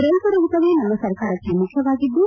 ರೈತರ ಹಿತವೇ ನಮ್ಮ ಸರ್ಕಾರಕ್ಕೆ ಮುಖ್ಯವಾಗಿದ್ದು